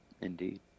Indeed